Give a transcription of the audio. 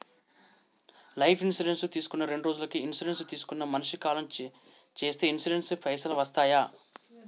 Life insurance తీసుకున్న రెండ్రోజులకి insurance తీసుకున్న మనిషి కాలం చేస్తే ఇన్సూరెన్స్ పైసల్ వస్తయా?